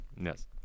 Yes